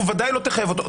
ודאי לא תחייב אותו.